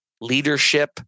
leadership